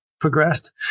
progressed